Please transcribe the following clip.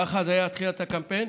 ככה זה היה בתחילת הקמפיין,